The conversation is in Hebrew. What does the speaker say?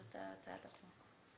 זאת הצעת החוק.